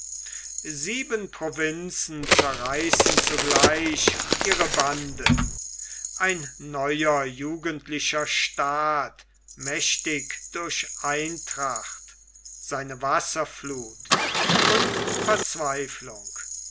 sieben provinzen zerreißen zugleich ihre bande ein neuer jugendlicher staat mächtig durch eintracht seine wasserfluth und verzweiflung